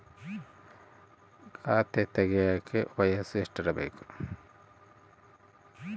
ಖಾತೆ ತೆಗೆಯಕ ವಯಸ್ಸು ಎಷ್ಟಿರಬೇಕು?